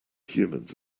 humans